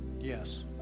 Yes